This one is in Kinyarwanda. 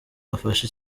afashe